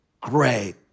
great